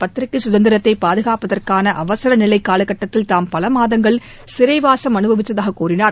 பத்திரிகை சுதந்திரத்தை பாதுகாப்பதற்கான அவசர நிலை காலகட்டத்தில் தாம் பலமாதங்கள் சிறைவாசம் அனுபவித்ததாக கூறினார்